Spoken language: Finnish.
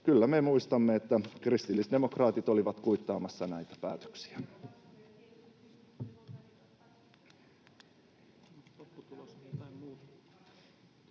kyllä me muistamme, että kristillisdemokraatit olivat kuittaamassa näitä päätöksiä.